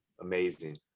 amazing